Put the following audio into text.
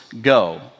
go